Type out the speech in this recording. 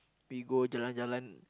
we go jalan jalan